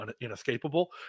inescapable